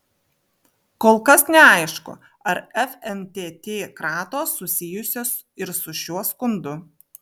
kol kas neaišku ar fntt kratos susijusios ir su šiuo skundu